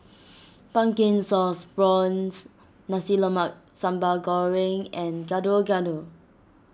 Pumpkin Sauce Prawns Nasi Sambal Goreng and Gado Gado